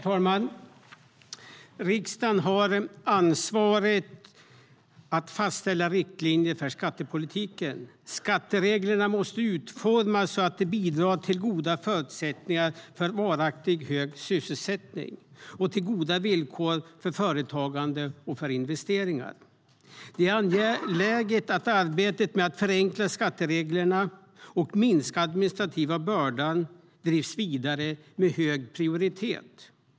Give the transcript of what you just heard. Herr talman! Riksdagen har ansvaret att fastställa riktlinjer för skattepolitiken. Skattereglerna måste utformas så att de bidrar till goda förutsättningar för varaktigt hög sysselsättning och till goda villkor för företagande och investeringar. Det är angeläget att arbetet med att förenkla skatteregler och minska den administrativa bördan drivs vidare med hög prioritet.